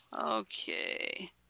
Okay